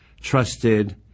trusted